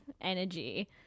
energy